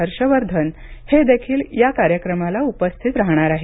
हर्षवर्धन हे देखील या कार्यक्रमाला उपस्थित राहणार आहेत